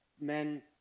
men